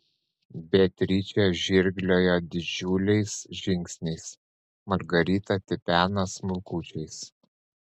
beatričė žirgliojo didžiuliais žingsniais margarita tipeno smulkučiais